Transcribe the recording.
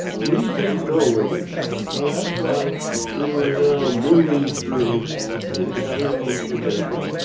we didn't know where we were. so that's why we were now moving through and gathering information,